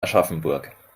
aschaffenburg